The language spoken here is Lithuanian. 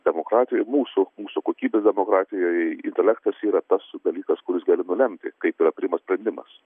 demokratijoj mūsų su kokybe demografijoje intelektas yra tas dalykas kuris gali lemti kaip yra priimamas sprendimas